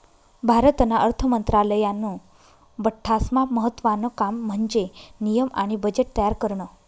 भारतना अर्थ मंत्रालयानं बठ्ठास्मा महत्त्वानं काम म्हन्जे नियम आणि बजेट तयार करनं